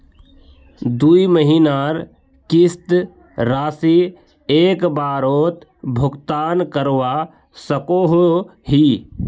दुई महीनार किस्त राशि एक बारोत भुगतान करवा सकोहो ही?